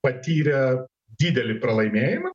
patyrė didelį pralaimėjimą